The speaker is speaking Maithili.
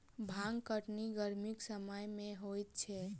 भांग कटनी गरमीक समय मे होइत छै